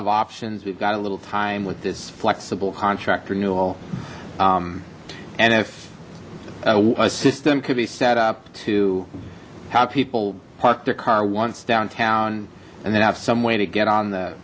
of options we've got a little time with this flexible contract renewal and if a system could be set up to how people park their car once downtown and then have some way to get on the